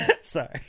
sorry